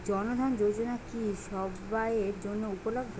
জন ধন যোজনা কি সবায়ের জন্য উপলব্ধ?